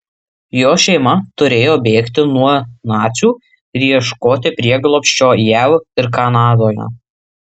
jo šeima turėjo bėgti nuo nacių ir ieškoti prieglobsčio jav ir kanadoje